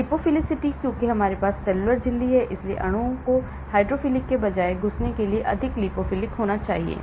lipophilicity क्योंकि हमारे पास सेलुलर झिल्ली है इसलिए अणुओं को हाइड्रोफिलिक के बजाय घुसने के लिए अधिक लिपोफिलिक होना चाहिए